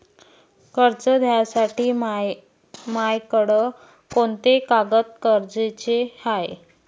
कर्ज घ्यासाठी मायाकडं कोंते कागद गरजेचे हाय?